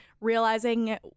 realizing